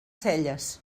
celles